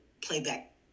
playback